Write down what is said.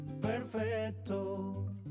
perfecto